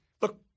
Look